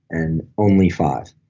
and only five.